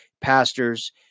pastors